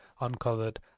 uncovered